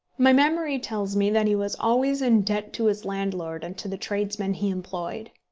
my memory tells me that he was always in debt to his landlord and to the tradesmen he employed.